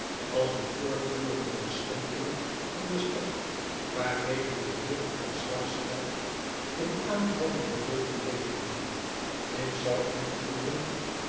als een voortdurende beschimping van de stad waarmede de eeren van aesveld in aanhoudende veete leefden k zou u voeren